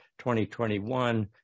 2021